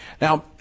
Now